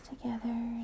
together